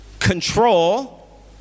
control